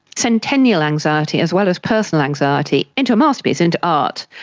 centennial anxiety as well as personal anxiety, into a masterpiece, into art.